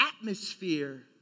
atmosphere